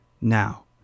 now